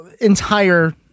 entire